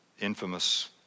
infamous